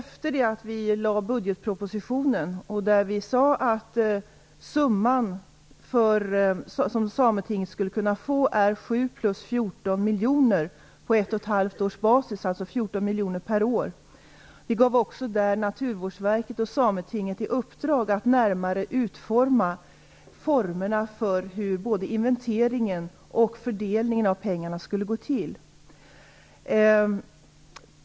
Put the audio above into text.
I budgetpropositionen sade vi att den summa som sametinget skulle kunna få är 7 plus 14 miljoner på ett och ett halvt års basis, dvs. 14 miljoner per år. Vi gav där också Naturvårdsverket och sametinget i uppdrag att närmare bestämma formerna för hur både inventeringen och fördelningen av pengarna skulle gå till.